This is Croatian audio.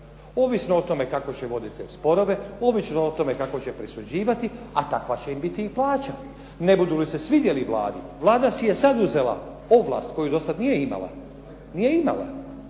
ovisno o tome kako će vodit te sporove, ovisno o tome kako će presuđivati, a takva će im biti i plaća. Ne budu li se svidjeli Vladi, Vlada si je sad uzela ovlast koju do sad nije imala. Svojom